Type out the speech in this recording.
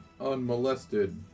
unmolested